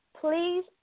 please